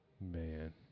man